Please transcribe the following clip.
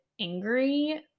angry